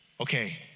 okay